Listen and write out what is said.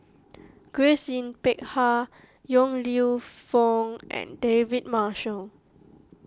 Grace Yin Peck Ha Yong Lew Foong and David Marshall